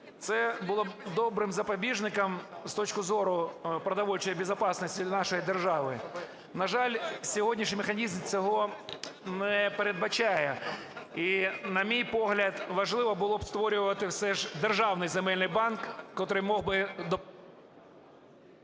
Це було б добрим запобіжником з точки зору продовольчої безопасности для нашої держави. На жаль, сьогоднішній механізм цього не передбачає. І на мій погляд, важливо було б створювати все ж державний земельний банк, котрий міг би…